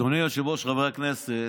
אדוני היושב-ראש, חברי הכנסת,